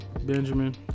Benjamin